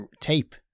tape